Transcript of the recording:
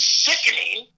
sickening